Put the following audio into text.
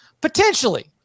potentially